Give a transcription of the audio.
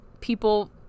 people